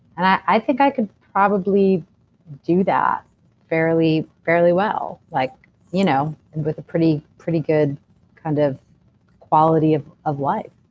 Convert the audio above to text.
and i think i could probably do that fairly fairly well. like you know and with a pretty good kind of quality of of life.